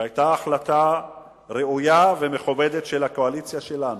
והיתה החלטה ראויה ומכובדת של הקואליציה שלנו,